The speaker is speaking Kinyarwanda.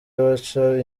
baca